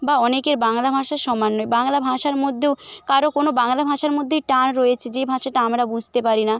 বা অনেকের বাংলা ভাষা সমান নয় বাংলা ভাষার মধ্যেও কারো কোনো বাংলা ভাষার মধ্যেই টান রয়েছে যে ভাষাটা আমরা বুঝতে পারি না